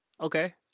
Okay